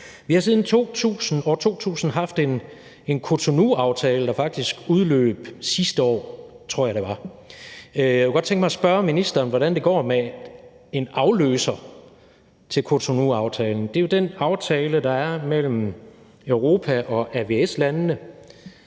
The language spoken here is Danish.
Vi har siden år 2000 haft en Cotonouaftale, der faktisk udløb sidste år, tror jeg det var. Jeg kunne godt tænke mig at spørge ministeren, hvordan det går med en afløser til Cotonouaftalen. Det er jo den aftale, der er mellem Europa og AVS-landene